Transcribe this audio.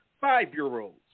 five-year-olds